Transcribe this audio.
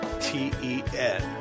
T-E-N